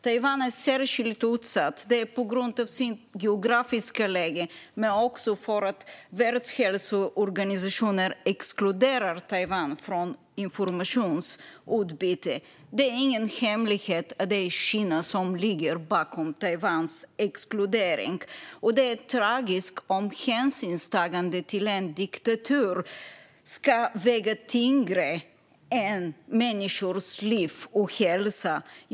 Taiwan är särskilt utsatt på grund av sitt geografiska läge men också för att Världshälsoorganisationen exkluderar Taiwan från informationsutbyte. Det är ingen hemlighet att det är Kina som ligger bakom Taiwans exkludering. Det är tragiskt om hänsynstagande till en diktatur ska väga tyngre än människors liv och hälsa.